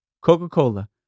Coca-Cola